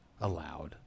allowed